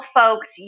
folks